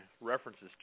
references